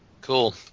Cool